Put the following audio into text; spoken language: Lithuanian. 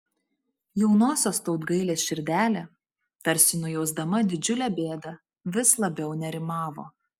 jaunosios tautgailės širdelė tarsi nujausdama didžiulę bėdą vis labiau nerimavo